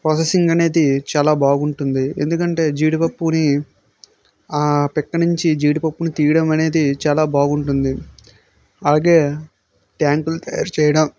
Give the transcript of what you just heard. processing అనేది చాలా బాగుంటుంది ఎందుకంటే జీడిపప్పుని ఆ పిక్క నుంచి జీడిపప్పుని తీయడం అనేది చాలా బాగుంటుంది అలాగే ట్యాంకులు తయారు చేయడం